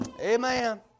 Amen